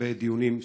בהרבה דיונים,